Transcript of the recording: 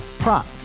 Prop